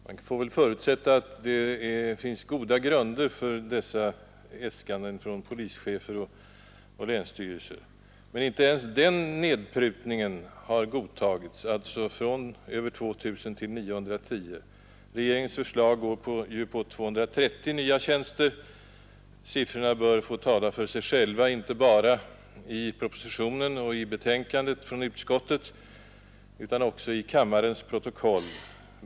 Man får väl förutsätta att det finns goda grunder för dessa äskanden från erfarna polischefer och omdömesgilla länsstyrelser, men inte ens nedprutningen från alltså över 2 000 till 910 tjänster har godtagits. Regeringens förslag går ju ut på 230 nya tjänster. Siffrorna bör få tala för sig själva inte bara i propositionen och i utskottets betänkande utan också i kammarens protokoll.